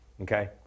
Okay